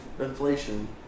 inflation